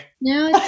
No